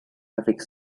avec